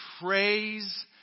praise